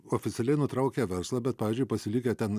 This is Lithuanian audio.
oficialiai nutraukė verslą bet pavyzdžiui pasilikę ten